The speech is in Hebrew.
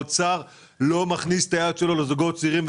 האוצר לא מכניס את היד שלו לזוגות צעירים,